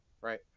Right